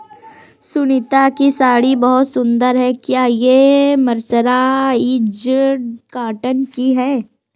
सुनीता की साड़ी बहुत सुंदर है, क्या ये मर्सराइज्ड कॉटन की है?